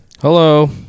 Hello